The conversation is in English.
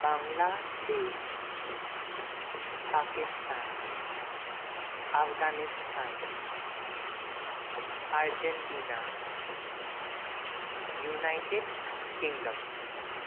Bangladesh Pakistan Afghanistan Argentina United Kingdom